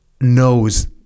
knows